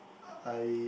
I